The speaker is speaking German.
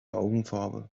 augenfarbe